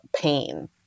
pain